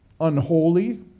unholy